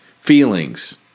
feelings